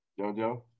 Jojo